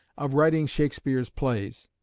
of writing shakespeare's plays.